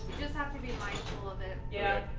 just have to be mindful of it. yeah.